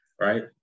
right